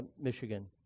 Michigan